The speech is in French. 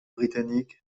britanniques